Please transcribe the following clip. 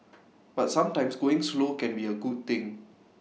but sometimes going slow can be A good thing